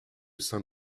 saint